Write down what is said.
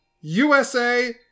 USA